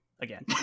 again